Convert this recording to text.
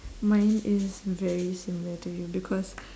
mine is very similar to you because